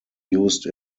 used